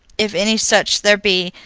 if any such there be,